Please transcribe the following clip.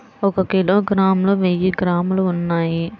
ఒక కిలోగ్రామ్ లో వెయ్యి గ్రాములు ఉన్నాయి